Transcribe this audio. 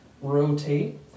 rotate